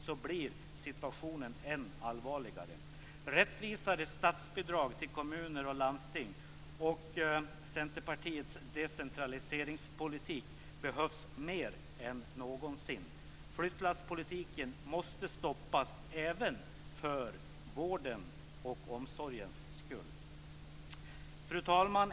Då blir situationen än allvarligare. Rättvisare statsbidrag till kommuner och landsting och Centerpartiets decentraliseringspolitik behövs mer än någonsin. Flyttlasspolitiken måste stoppas - även för vården och omsorgens skull. Fru talman!